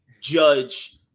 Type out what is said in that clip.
judge